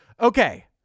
Okay